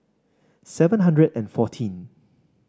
seven hundred and fourteen